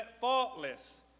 faultless